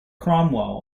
cromwell